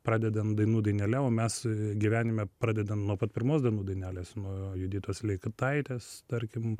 pradedant dainų dainele o mes gyvenime pradedam nuo pat pirmos dainų dainelės nuo juditos leitaitės tarkim